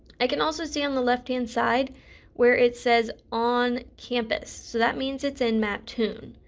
i can also see on the left hand side where it says on campus so that means it's in mattoon,